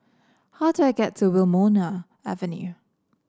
how do I get to Wilmonar Avenue